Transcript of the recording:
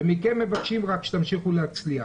ומכם מבקשים שתמשיכו להצליח.